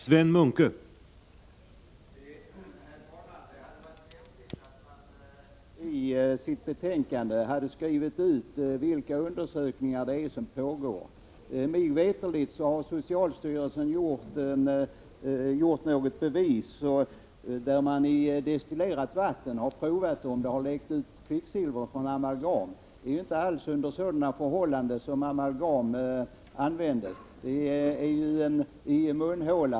Herr talman! Det hade varit lämpligt att i betänkandet nämna vilka undersökningar som pågår. Såvitt jag vet har socialstyrelsen låtit göra en undersökning. Man har i destillerat vatten provat, om det läckt ut kvicksilver från amalgam. Amalgam används emellertid inte alls under sådana förhållanden, utan det används i munhålan.